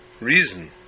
reason